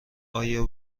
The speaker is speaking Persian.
آیا